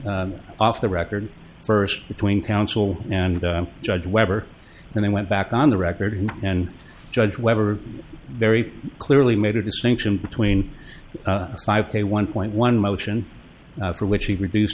off the record first between counsel and judge webber and they went back on the record and judge webber very clearly made a distinction between a five k one point one motion for which he reduced